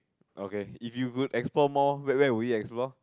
okay if you could explore more where where would you explore